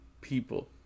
people